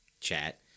chat